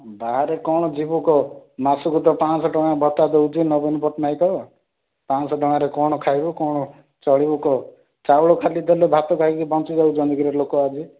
ବାହାରେ କ'ଣ ଯିବୁ କହ ମାସକୁ ତ ପାଞ୍ଚଶହ ଟଙ୍କା ଭତ୍ତା ଦେଉଛି ନବୀନ ପଟ୍ଟନାୟକ ପାଞ୍ଚଶହ ଟଙ୍କାରେ କ'ଣ ଖାଇବୁ କ'ଣ ଚଳିବୁ କହ ଚାଉଳ ଖାଲି ଦେଲେ ଭାତ ଖାଇକି ବଞ୍ଚି ଯାଉଛନ୍ତି କିରେ ଲୋକ ଆଜି